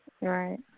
Right